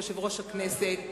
יושב-ראש הכנסת,